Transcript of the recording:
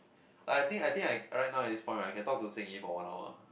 I think I think I right now respond right can talk to Xin-Yi for one hour